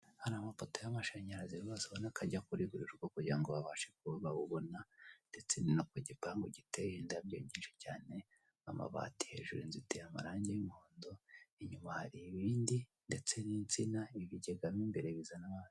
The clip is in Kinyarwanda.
Hari amopoto y'amashanyarazi rwose ubona ko ajya kuri buri rugo kugira ngo babashe kuba bawubona ndetse nino ku gipangu giteye indabyo nyinshi cyane, amabati hejuru inzu iteye amarangi y'umuhondo, inyuma hari ibindi ndetse n'insina, ibigega mu imbere bizanamo amazi.